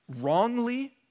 wrongly